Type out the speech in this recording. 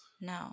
No